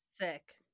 sick